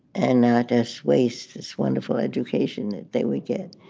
and not as waste this wonderful education that we get.